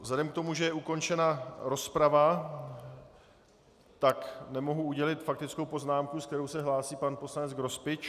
Vzhledem k tomu, že je ukončena rozprava, tak nemohu udělit faktickou poznámku, s kterou se hlásí pan poslanec Grospič.